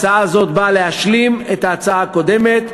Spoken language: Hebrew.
הצעה זו באה להשלים את ההצעה הקודמת,